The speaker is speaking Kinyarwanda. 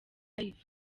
live